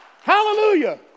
hallelujah